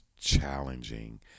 challenging